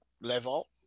level